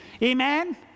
Amen